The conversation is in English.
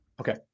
Okay